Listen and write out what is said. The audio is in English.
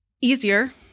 easier